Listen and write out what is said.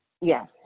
Yes